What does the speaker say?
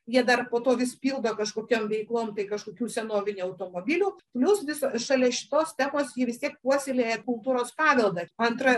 jie dar po to vis pildo kažkokiom veiklom tai kažkokių senovinių automobilių plius vis šalia šitos temos jie vis tiek puoselėja kultūros paveldą antra